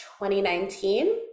2019